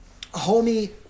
Homie